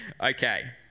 Okay